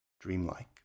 dreamlike